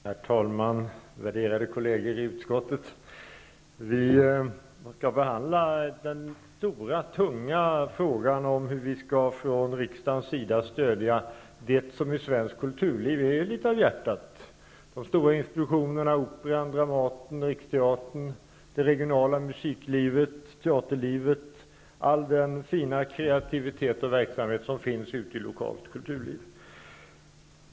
Herr talman! Värderade kolleger i utskottet! Vi skall behandla den stora tunga frågan om hur vi från riksdagens sida skall stödja det som i svenskt kulturliv är litet av hjärtat, nämligen de stora institutionerna Operan, Dramaten och Riksteatern, det regionala musiklivet och teaterlivet, och all den fina kreativitet och verksamhet som finns ute i lokalt kulturliv.